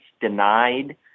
denied